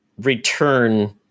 return